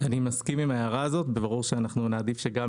אני מסכים עם ההערה הזאת, ברור שנעדיף שגם